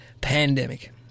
pandemic